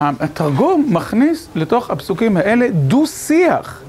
התרגום מכניס לתוך הפסוקים האלה דו שיח.